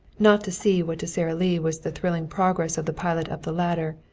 not to see what to sara lee was the thrilling progress of the pilot up the ladder,